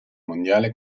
mondiale